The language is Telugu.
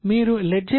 మీరు లెడ్జర్